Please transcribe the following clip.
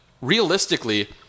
realistically